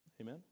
Amen